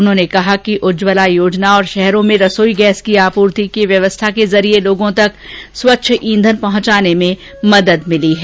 उन्होंने कहा कि उज्जवला योजना और शहरों में रसोई गैस की आपूर्ति की व्यवस्था के जरिये लोगों तक स्वच्छ ईंधन पहुंचाने में मदद मिली है